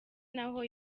naho